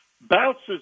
bounces